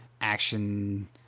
action